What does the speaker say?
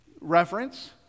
reference